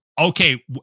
okay